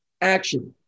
action